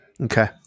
okay